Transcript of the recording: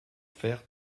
faire